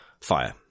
fire